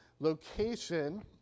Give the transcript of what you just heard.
location